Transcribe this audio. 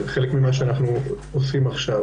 חלק ממה שאנחנו עושים עכשיו,